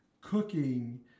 cooking